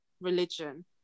religion